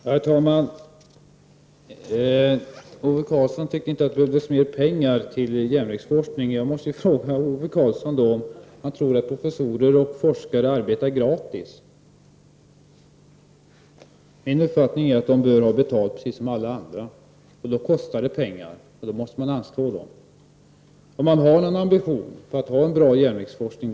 Herr talman! Ove Karlsson tycker inte att det behövs mer pengar till järnvägsforskningen. Jag måste då fråga Ove Karlsson om han tror att professorer och forskare arbetar gratis. Dessa bör ju, precis som alla andra, få betalt, och det kostar. Det handlar alltså om att pengar måste anslås om man har ambitionen att ha en bra järnvägsforskning.